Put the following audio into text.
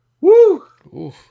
Woo